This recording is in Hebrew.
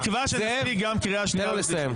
זאב, תן לו לסיים.